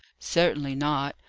certainly not.